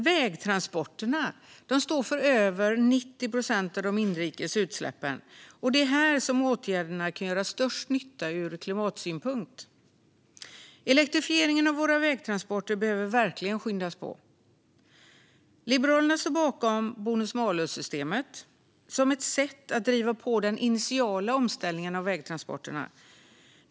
Vägtransporterna står för över 90 procent av våra inrikes utsläpp, och det är här som åtgärderna kan göra störst nytta ur klimatsynpunkt. Elektrifieringen av våra vägtransporter behöver verkligen skyndas på. Liberalerna står bakom bonus malus-systemet som ett sätt att driva på den initiala omställningen av vägtransporterna.